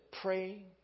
pray